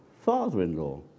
father-in-law